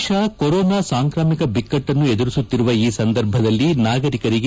ದೇಶ ಕೊರೊನಾ ಸಾಂಕ್ರಾಮಿಕ ಬಿಕ್ಕಟ್ಟನ್ನು ಎದುರಿಸುತ್ತಿರುವ ಈ ಸಂದರ್ಭದಲ್ಲಿ ನಾಗರಿಕರಿಗೆ